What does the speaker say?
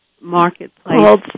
marketplace